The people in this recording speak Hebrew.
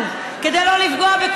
כדי לא לפגוע ביחידות הקצה שלנו,